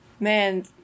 man